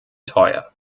teuer